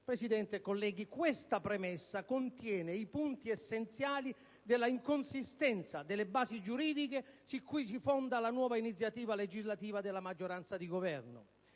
Presidente, colleghi, questa premessa contiene i punti essenziali della inconsistenza delle basi giuridiche su cui si fonda la nuova iniziativa legislativa della maggioranza di Governo.